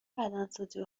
بدنسازی